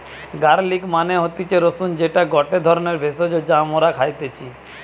garlic মানে হতিছে রসুন যেটা গটে ধরণের ভেষজ যা মরা খাইতেছি